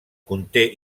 conté